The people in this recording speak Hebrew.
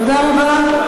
תודה רבה.